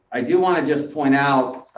i do want to just point out